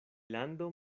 lando